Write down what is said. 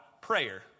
prayer